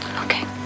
Okay